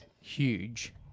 huge